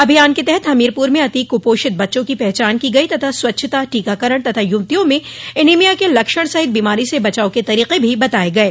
अभियान के तहत हमीरपुर में अति कुपोषित बच्चों की पहचान की गई तथा स्वच्छता टीकाकरण तथा युवतियों में एनिमिया के लक्षण सहित बीमारी से बचाव के तरीक भी बताये गये